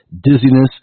dizziness